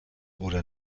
oder